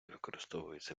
використовується